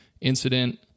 incident